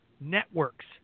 networks